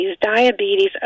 diabetes